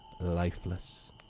lifeless